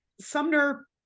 Sumner